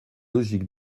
logique